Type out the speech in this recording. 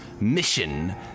mission